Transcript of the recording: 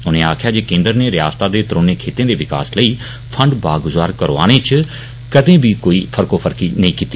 उनें आक्खेआ जे केन्द्र नै रियासत दे त्रोणें खितें दे विकास लेई फण्ड बागुजार करौआने च कदें बी कोई फर्कोफर्की नेंई कीती